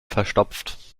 verstopft